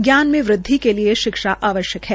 ज्ञान में वृद्वि के लिये शिक्षा आवश्यक है